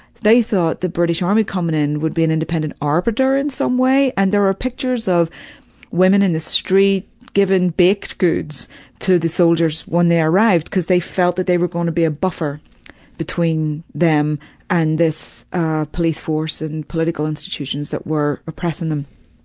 they thought the british army coming in would be an independent arbiter in some way and there were pictures of women in the street giving baked goods to the soldiers when they arrived cos they felt they were going to be a buffer between them and this police force and and political institutions that were oppressing them.